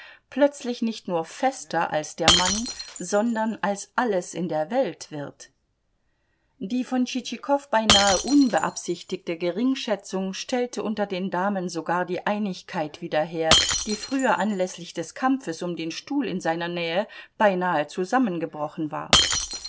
plötzlich nicht nur fester als der mann sondern als alles in der welt wird die von tschitschikow beinahe unbeabsichtigte geringschätzung stellte unter den damen sogar die einigkeit wieder her die früher anläßlich des kampfes um den stuhl in seiner nähe beinahe zusammengebrochen war